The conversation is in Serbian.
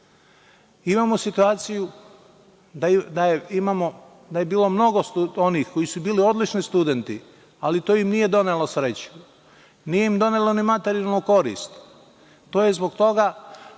toga. Imamo situaciju da je bilo mnogo onih koji su bili odlični studenti, ali to im nije donelo sreću, nije im donelo ni materijalnu korist, a to je zbog toga